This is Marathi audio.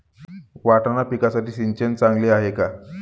वाटाणा पिकासाठी सिंचन चांगले आहे का?